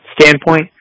standpoint